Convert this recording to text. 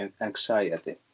anxiety